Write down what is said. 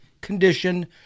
condition